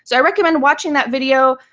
so i recommend watching that video,